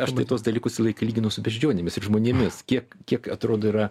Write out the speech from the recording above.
aš tai tuos dalykus visą laiką lyginu su beždžionėmis ir žmonėmis kiek kiek atrodo yra